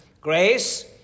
Grace